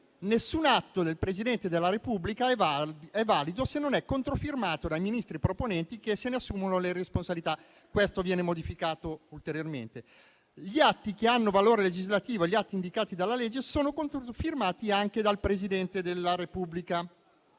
«Nessun atto del Presidente della Repubblica è valido se non è controfirmato dai ministri proponenti, che ne assumono la responsabilità». Questo viene modificato ulteriormente. «Gli atti che hanno valore legislativo e gli altri indicati dalla legge sono controfirmati anche dal Presidente del Consiglio